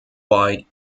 wide